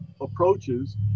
approaches